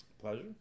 Pleasure